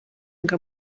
ngo